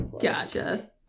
Gotcha